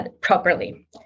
properly